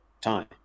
time